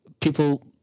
people